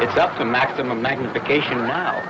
it's up to maximum magnification